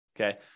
okay